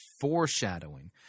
foreshadowing